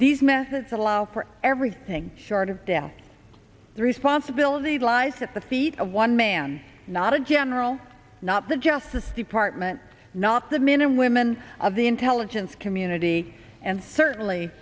these methods allow for everything short of death the responsibility lies at the feet of one man not a general not the justice department not the minimum women of the intelligence community and certainly